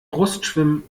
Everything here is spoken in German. brustschwimmen